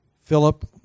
Philip